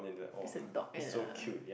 it's a dog and a